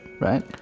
right